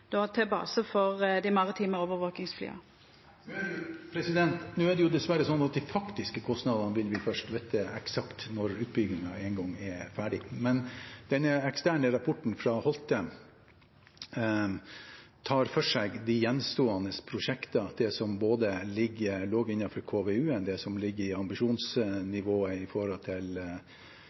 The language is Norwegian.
til base for dei maritime overvakingsflya? Nå er det dessverre slik at de faktiske kostnadene vil vi først vite eksakt når utbyggingen en gang er ferdig. Men den eksterne rapporten fra Holte tar for seg de gjenstående prosjektene, både de som lå innenfor KVU-en, og det som ligger i ambisjonsnivået i